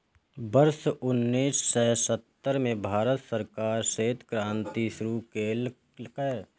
वर्ष उन्नेस सय सत्तर मे भारत सरकार श्वेत क्रांति शुरू केलकै